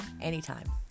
anytime